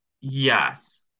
yes